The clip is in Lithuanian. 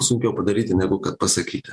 sunkiau padaryti negu kad pasakyti